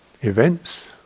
events